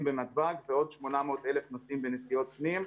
בנתב"ג ועוד 800,000 נוסעים בנסיעות פנים.